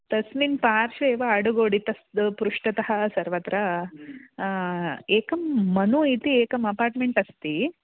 तस्मिन् पार्श्वे एव अडुगोडि तद् पृष्ठतः सर्वत्र एकं मनु इति एकम् अपार्टमेण्ट् अस्ति